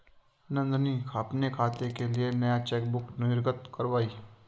नंदनी अपने खाते के लिए नया चेकबुक निर्गत कारवाई